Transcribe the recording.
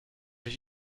ich